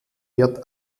wird